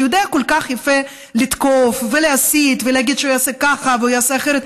שיודע כל כך יפה לתקוף ולהסית ולהגיד שהוא יעשה ככה והוא יעשה אחרת,